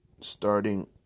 Starting